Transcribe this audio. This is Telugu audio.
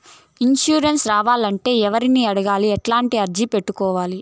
ఇన్సూరెన్సు రావాలంటే ఎవర్ని అడగాలి? ఎట్లా అర్జీ పెట్టుకోవాలి?